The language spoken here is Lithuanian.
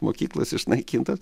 mokyklos išnaikintos